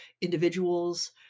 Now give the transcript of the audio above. individuals